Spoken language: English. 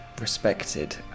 respected